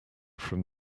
from